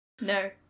No